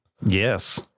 Yes